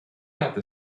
other